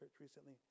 recently